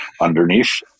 underneath